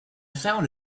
found